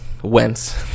whence